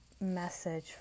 message